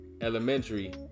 elementary